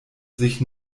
sich